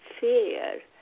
fear